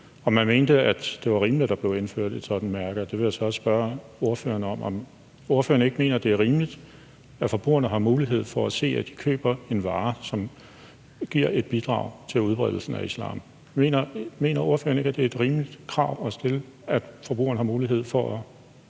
mente, at det var rimeligt, at der blev indført et sådant mærke. Det vil jeg så også spørge ordføreren om. Mener ordføreren ikke, at det er rimeligt, at forbrugerne har mulighed for at se, at de køber en vare, som giver et bidrag til udbredelsen af islam? Mener ordføreren ikke, at det er et rimeligt krav at stille, at forbrugerne har mulighed for at